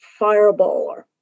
fireballer